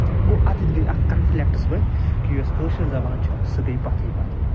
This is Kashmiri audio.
تہٕ گوٚو اَتیٚتھ گٕے اَکھ کَنٛفِلِکٹٕس ؤتھۍ کہ یۄس کٲشِر زبان چھِ سۄ گٕے پَتھٕے پَتھٕے